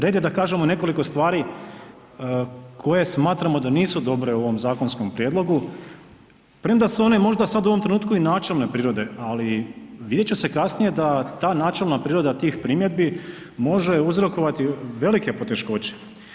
Red je da kažemo nekoliko stvari koje smatramo da nisu dobre u ovom zakonskom prijedlogu, premda su one možda sad u ovom trenutku i načelne prirode, ali vidjet će se kasnije da ta načelna priroda tih primjedbi može uzrokovati velike poteškoće.